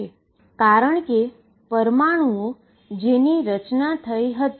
તે જ કારણ છે કે મોલેક્યુલ કે જેની રચના થઈ હતી